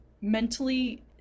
mentally